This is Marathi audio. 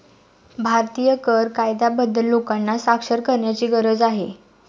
भारतीय कर कायद्याबद्दल लोकांना साक्षर करण्याची गरज आहे